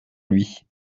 lui